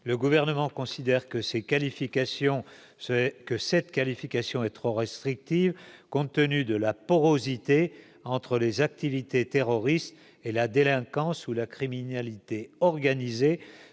ces qualifications, c'est que cette qualification est trop restrictive, compte tenu de la porosité entre les activités terroristes et la délinquance ou la criminalité organisée,